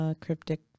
cryptic